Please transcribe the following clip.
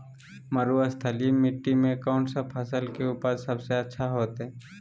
मरुस्थलीय मिट्टी मैं कौन फसल के उपज सबसे अच्छा होतय?